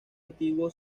antiguo